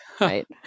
Right